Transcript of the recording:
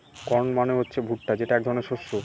corn মানে হচ্ছে ভুট্টা যেটা এক ধরনের শস্য